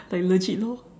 like legit lor